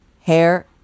hair